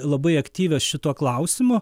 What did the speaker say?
labai aktyvios šituo klausimu